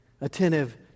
attentive